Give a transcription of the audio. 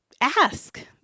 ask